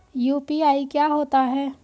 UPI क्या होता है?